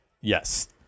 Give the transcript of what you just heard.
yes